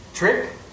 Trick